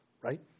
right